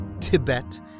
Tibet